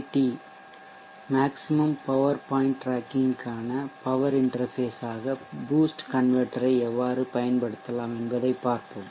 MPPT க்கான power interface ஆக boost converter ஐ எவ்வாறு பயன்படுத்தலாம் என்பதைப் பார்ப்போம்